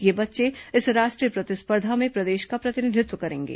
ये बच्चे इस राष्ट्रीय प्रतिस्पर्धा में प्रदेश का प्रतिनिधित्व करेंगे